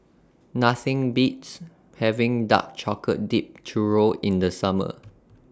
Nothing Beats having Dark Chocolate Dipped Churro in The Summer